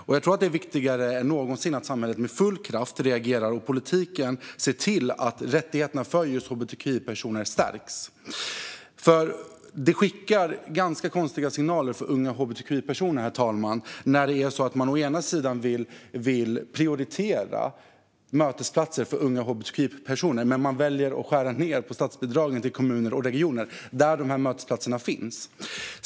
Och jag tror att det är viktigare än någonsin att samhället med full kraft reagerar och att politiken ser till att rättigheterna för just hbtqi-personer stärks. Det skickar nämligen ganska konstiga signaler till unga hbtqi-personer, herr talman, när man å ena sidan vill prioritera mötesplatser för unga hbtqi-personer, men å andra sidan väljer att skära ned på statsbidragen till kommuner och regioner där dessa mötesplatser finns.